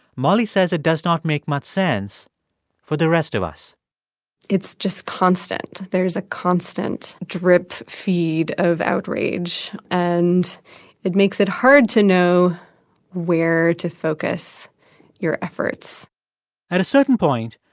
molly says it does not make much sense for the rest of us it's just constant. there is a constant drip feed of outrage, and it makes it hard to know where to focus your efforts at a certain point,